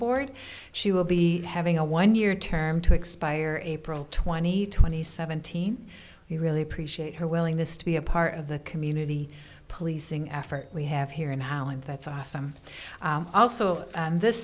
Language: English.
board she will be having a one year term to expire april twenty twenty seventeen we really appreciate her willingness to be a part of the community policing effort we have here in holland that's awesome also this